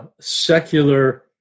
secular